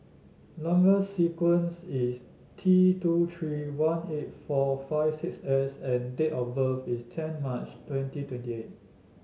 number sequence is T two three one eight four five six S and date of birth is ten March twenty twenty eight